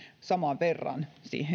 saman verran